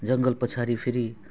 जङ्गल पछाडि फेरि